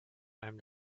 einem